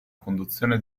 conduzione